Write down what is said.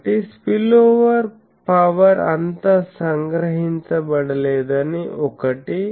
కాబట్టి spillover power అంతా సంగ్రహించబడలేదని ఒకటి